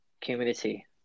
Community